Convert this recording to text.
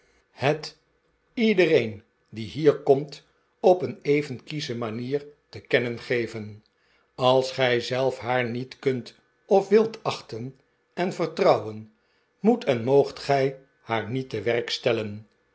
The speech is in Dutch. het iedereen die hier komt op eeji even kiesche manier te kennen geven als gij zelf haar niet kunt of wilt achten en vertrouwen moet en moogt gij haar niet te werk stellen